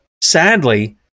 sadly